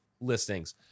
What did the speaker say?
listings